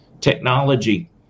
technology